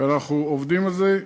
אנחנו עובדים על זה,